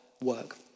work